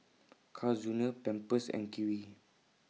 Carl's Junior Pampers and Kiwi